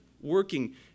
working